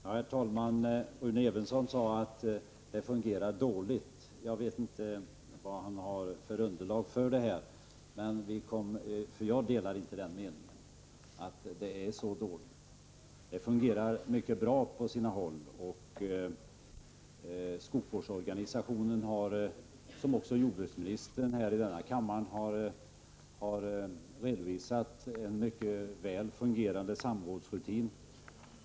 Herr talman! Rune Evensson sade att det fungerar dåligt. Jag vet inte vad han har för underlag för detta. Jag delar inte den meningen. Det fungerar på sina håll mycket bra. Skogsvårdsorganisationen har, som också jordbruksministern här i denna kammare har redovisat, en mycket väl fungerande samrådsrutin.